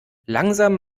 langsam